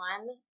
one